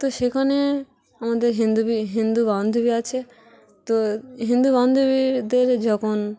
তো সেখানে আমাদের হিন্দু হিন্দু বান্ধবী আছে তো হিন্দু বান্ধবীদের যখন